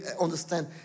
understand